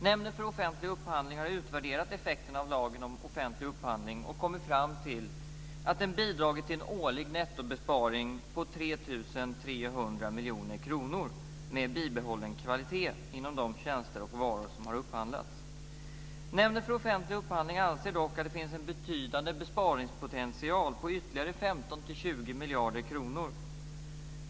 Nämnden för offentlig upphandling har utvärderat effekterna av lagen om offentlig upphandling och kommit fram till att den bidragit till en årlig nettobesparing på 3 300 miljoner kronor med bibehållen kvalitet på de tjänster och varor som har upphandlats. Nämnden för offentlig upphandling anser dock att det finns en betydande besparingspotential på ytterligare 15-20 miljarder kronor.